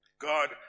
God